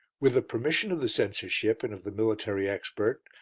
with the permission of the censorship and of the military expert,